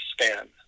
span